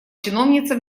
чиновница